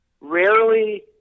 Rarely